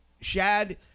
Shad